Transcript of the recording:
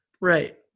Right